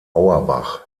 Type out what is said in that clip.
auerbach